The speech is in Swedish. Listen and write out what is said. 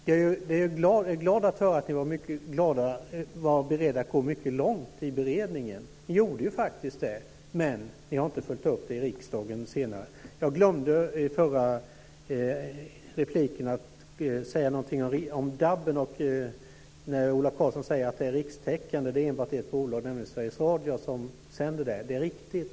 Jag är glad att höra att ni var beredda att gå mycket långt i beredningen. Ni gjorde faktiskt det. Men ni har inte följt upp det i riksdagen senare. I min förra replik glömde jag att säga någonting om DAB-en. Ola Karlsson säger att det är rikstäckande. Det är enbart ett bolag, nämligen Sveriges Radio, som sänder det. Det är riktigt.